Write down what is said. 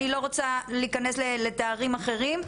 אני לא רוצה להיכנס לתארים אחרים,